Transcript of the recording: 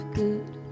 good